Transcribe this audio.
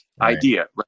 idea